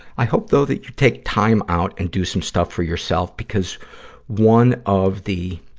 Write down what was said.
i hope, though, that you take time out and do some stuff for yourself, because one of the,